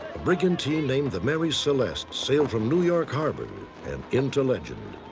a brigantine name the mary celeste sailed from new york harbor and into legend,